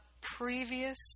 previous